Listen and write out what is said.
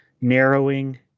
Narrowing